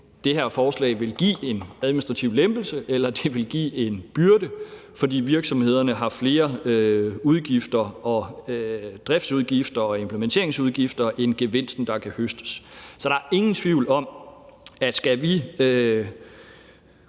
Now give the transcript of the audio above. det her forslag vil give en administrativ lempelse, eller om det vil give en byrde, fordi virksomhederne har flere udgifter og driftsudgifter og implementeringsudgifter end gevinsten, der kan høstes. Så der er ingen tvivl om, at skal vi